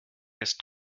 ist